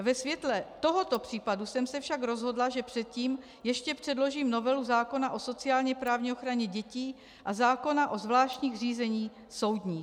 Ve světle tohoto případu jsem se však rozhodla, že předtím ještě předložím novelu zákona o sociálněprávní ochraně dětí a zákona o zvláštních řízeních soudních.